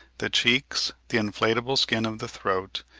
the cheeks, the inflatable skin of the throat,